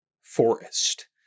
forest